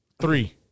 Three